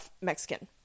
Mexican